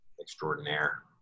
extraordinaire